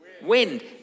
wind